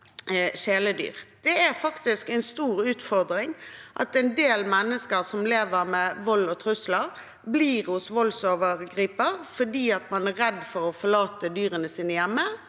Det er faktisk en stor utfordring at en del mennesker som lever med vold og trusler, blir hos voldsovergriper fordi man er redd for å forlate dyrene sine hjemme,